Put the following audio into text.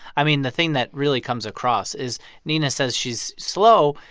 i mean, the thing that really comes across is nina says she's slow.